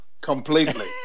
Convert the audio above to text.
completely